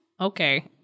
Okay